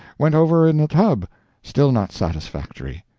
went over in a tub still not satisfactory.